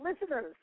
listeners